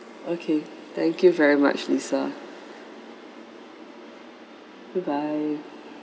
okay thank you very much lisa good bye